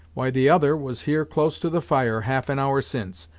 why the other was here close to the fire, half an hour since.